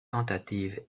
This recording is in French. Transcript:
tentatives